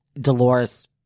Dolores